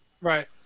Right